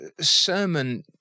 sermon